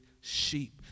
sheep